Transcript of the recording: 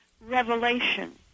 revelation